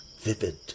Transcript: vivid